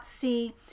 see